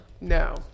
no